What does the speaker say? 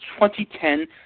2010